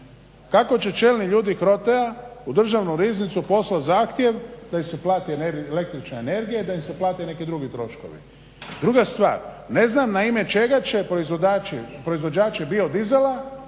Kako će čelni ljudi HROTE-a u državnu riznicu poslat zahtjev da im se plati električna energija i da im se plate neki drugi troškovi. Druga stvar, ne znam na ime čega će proizvođači biodizela